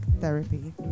therapy